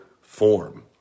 form